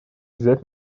взять